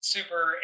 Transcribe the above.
Super